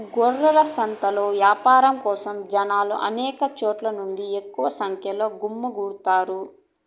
గొర్రెల సంతలో యాపారం కోసం జనాలు అనేక చోట్ల నుంచి ఎక్కువ సంఖ్యలో గుమ్మికూడతారు